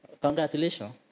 Congratulations